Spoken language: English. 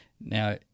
Now